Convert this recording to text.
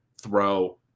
throw